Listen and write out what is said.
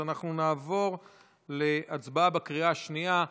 אנחנו נעבור להצבעה בקריאה השנייה,